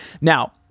Now